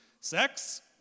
Sex